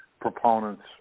proponents